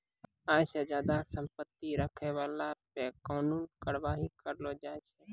आय से ज्यादा संपत्ति रखै बाला पे कानूनी कारबाइ करलो जाय छै